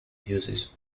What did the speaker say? uses